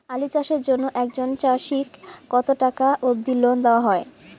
আলু চাষের জন্য একজন চাষীক কতো টাকা অব্দি লোন দেওয়া হয়?